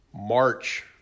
March